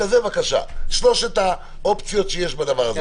בבקשה, שלוש האופציות שיש בדבר הזה.